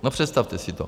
No, představte si to.